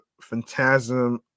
phantasm